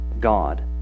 God